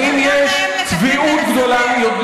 האם יש נוכלות גדולה מזה?